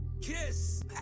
Kiss